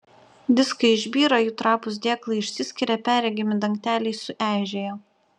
diskai išbyra jų trapūs dėklai išsiskiria perregimi dangteliai sueižėja